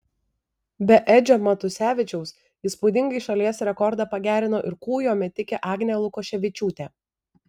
be edžio matusevičiaus įspūdingai šalies rekordą pagerino ir kūjo metikė agnė lukoševičiūtė